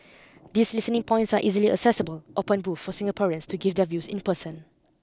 these listening points are easily accessible open booth for Singaporeans to give their views in person